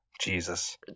Jesus